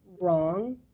wrong